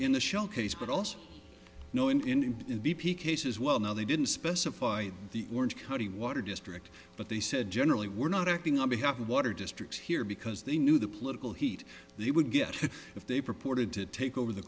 in the shell case but also know in the b p cases well now they didn't specify the orange county water district but they said generally we're not acting on behalf of water districts here because they knew the political heat they would get if they purported to take over the